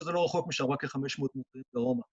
‫שזה לא רחוק משוואקה ‫500 מטר דרומה